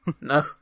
No